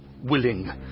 Willing